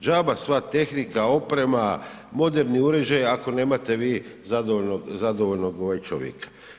Džabe sva tehnika, oprema, moderni uređaji ako nemate vi zadovoljnog čovjeka.